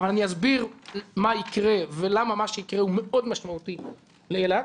אבל אני אסביר מה יקרה ולמה מה שיקרה הוא מאוד משמעותי לאילת,